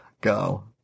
Go